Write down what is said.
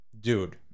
Dude